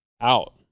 out